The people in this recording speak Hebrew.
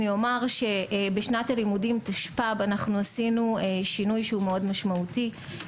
אני אומר שבשנת הלימודים תשפ"ב עשינו שינוי מאוד משמעותי.